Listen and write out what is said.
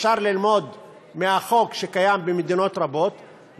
אפשר ללמוד מהחוק שקיים במדינות רבות,